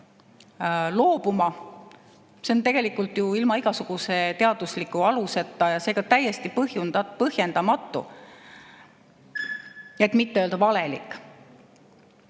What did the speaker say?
See on tegelikult ilma igasuguse teadusliku aluseta ja seega täiesti põhjendamatu, et mitte öelda valelik.